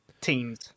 teams